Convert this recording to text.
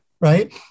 right